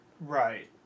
Right